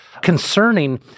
concerning